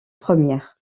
premières